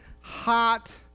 hot